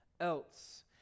else